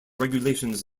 regulations